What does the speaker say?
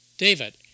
David